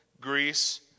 Greece